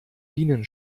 bienen